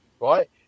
right